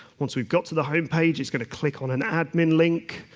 once we've got to the home page, it's going to click on an admin link.